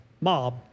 Mob